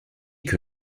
que